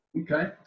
Okay